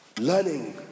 learning